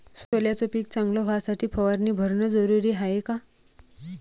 सोल्याचं पिक चांगलं व्हासाठी फवारणी भरनं जरुरी हाये का?